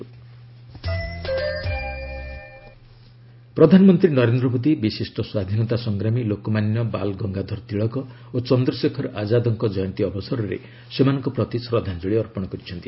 PM tribute ପ୍ରଧାନମନ୍ତ୍ରୀ ନରେନ୍ଦ୍ର ମୋଦୀ ବିଶିଷ୍ଟ ସ୍ୱାଧୀନତା ସଂଗ୍ରାମୀ ଲୋକମାନ୍ୟ ବାଲ୍ ଗଙ୍ଗାଧର ତିଳକ ଓ ଚନ୍ଦ୍ରଶେଖର ଆଜାଦଙ୍କ ଜୟନ୍ତୀ ଅବସରରେ ସେମାନଙ୍କ ପ୍ରତି ଶ୍ରଦ୍ଧାଞ୍ଜଳି ଅର୍ପଣ କରିଛନ୍ତି